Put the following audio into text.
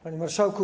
Panie Marszałku!